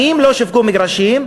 שנים לא שווקו מגרשים,